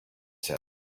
said